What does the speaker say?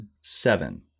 seven